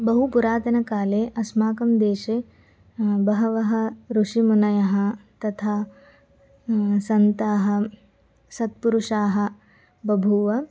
बहु पुरातनकाले अस्माकं देशे बहवः ऋषिमुनयः तथा सन्ताः सत्पुरुषाः बभूव